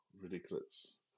ridiculous